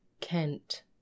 Kent